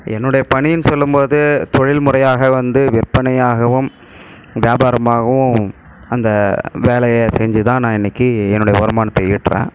என்னுடைய பணின்னு சொல்லும்போது தொழில் முறையாக வந்து விற்பனையாகவும் வியாபாரமாகவும் அந்த வேலையை செஞ்சுதான் நான் இன்னிக்கு என்னுடைய வருமானத்தை ஈட்டுறேன்